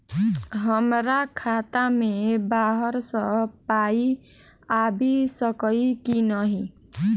हमरा खाता मे बाहर सऽ पाई आबि सकइय की नहि?